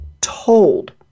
told